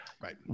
right